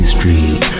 Street